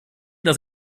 dass